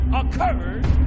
occurs